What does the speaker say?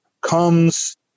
comes